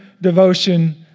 devotion